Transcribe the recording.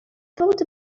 thought